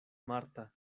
marta